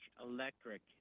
electric